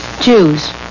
Jews